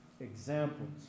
examples